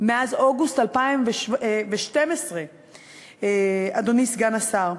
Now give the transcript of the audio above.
מאז אוגוסט 2012, אדוני סגן השר.